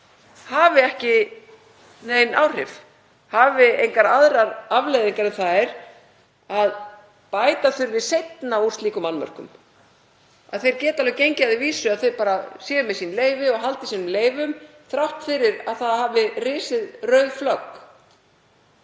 hafi ekki nein áhrif, hafi engar aðrar afleiðingar en þær að bæta þurfi seinna úr slíkum annmörkum, að þau geti gengið að því vísu að þau séu með sín leyfi og haldi sínum leyfum þrátt fyrir að það hafi risið rauð flögg,